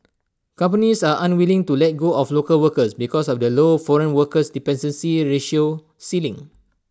companies are unwilling to let go of local workers because of the low foreign workers dependency ratio ceiling